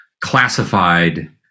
classified